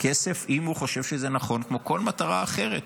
כסף אם הוא חושב שזה נכון, כמו כל מטרה אחרת,